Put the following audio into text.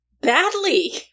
Badly